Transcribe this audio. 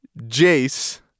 Jace